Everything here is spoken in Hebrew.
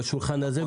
בשולחן הזה,